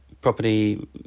property